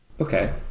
Okay